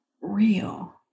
real